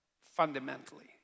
fundamentally